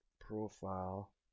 profile